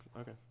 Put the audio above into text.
okay